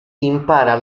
impara